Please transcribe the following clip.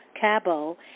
Cabo